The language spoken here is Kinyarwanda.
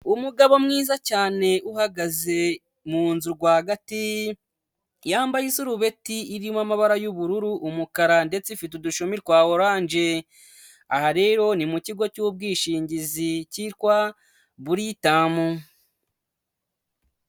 Umugabo mwiza cyane uhagaze muzu rwagati, yambaye isurubeti irimo amabara y'ubururu umukara ndetse ifite udushumi twa orange, aha rero ni mu kigo cy'ubwishingizi cyitwa buritamu.